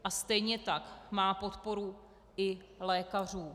A stejně tak má podporu i lékařů.